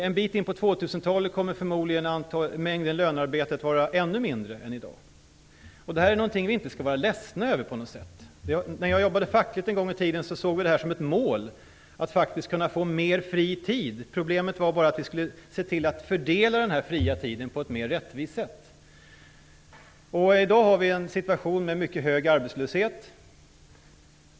En bit in på 2000-talet kommer förmodligen mängden lönearbete att vara ännu mindre än i dag. Detta är någonting som vi inte skall vara ledsna över. När jag en gång i tiden jobbade fackligt såg vi detta som ett mål, att faktiskt kunna få mer fri tid. Problemet var bara att vi skulle se till att fördela den här fria tiden på ett mer rättvist sätt. I dag har vi en situation med mycket hög arbetslöshet.